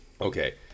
Okay